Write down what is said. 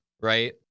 right